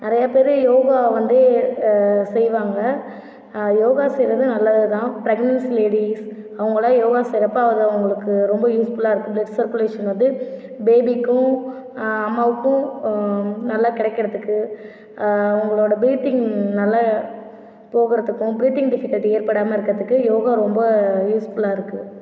நிறைய பேர் யோகா வந்து செய்வாங்க யோகா செய்கிறது நல்லது தான் பிரக்னன்சி லேடிஸ் அவங்கள்ளாம் யோகா செய்கிறப்ப அது அவங்களுக்கு ரொம்ப யூஸ்ஃபுல்லாக இருக்குது பிளட் சர்குலேஷன் வந்து பேபிக்கும் அம்மாவுக்கும் நல்லா கிடைக்கிறதுக்கு அவங்களுட பிரீத்திங் நல்லா போகிறதுக்கும் ப்ரீத்திங் டிஃபிகல்ட்டி ஏற்படாமல் இருக்கிறதுக்கு யோகா ரொம்ப யூஸ்ஃபுல்லாக இருக்குது